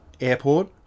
airport